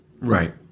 Right